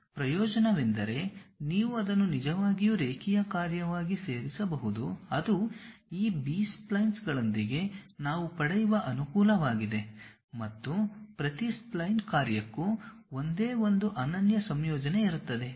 ಪ್ರಯೋಜನವೆಂದರೆ ನೀವು ಅದನ್ನು ನಿಜವಾಗಿಯೂ ರೇಖೀಯ ಕಾರ್ಯವಾಗಿ ಸೇರಿಸಬಹುದು ಅದು ಈ ಬಿ ಸ್ಪ್ಲೈನ್ ಗಳೊಂದಿಗೆ ನಾವು ಪಡೆಯುವ ಅನುಕೂಲವಾಗಿದೆ ಮತ್ತು ಪ್ರತಿ ಸ್ಪ್ಲೈನ್ ಕಾರ್ಯಕ್ಕೂ ಒಂದೇ ಒಂದು ಅನನ್ಯ ಸಂಯೋಜನೆ ಇರುತ್ತದೆ